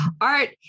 Art